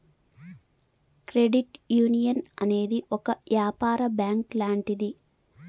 credit union అనేది ఒక యాపార బ్యాంక్ లాంటిది